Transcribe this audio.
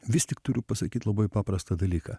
vis tik turiu pasakyt labai paprastą dalyką